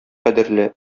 кадерле